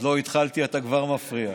עוד לא התחלתי ואתה כבר מפריע.